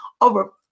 over